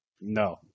No